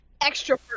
Extra